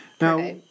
Now